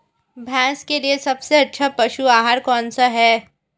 भैंस के लिए सबसे अच्छा पशु आहार कौनसा है?